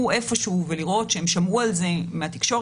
איפשהו ולראות שהם שמעו על זה מהתקשורת,